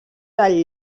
del